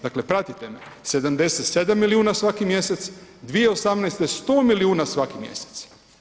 Dakle, pratite me, 77 milijuna svaki mjesec, 2018. 100 milijuna svaki mjesec.